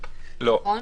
נכון?